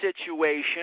situation